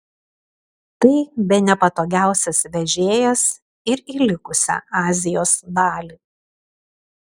tai bene patogiausias vežėjas ir į likusią azijos dalį